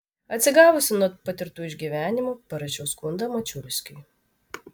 atsigavusi nuo patirtų išgyvenimų parašiau skundą mačiulskiui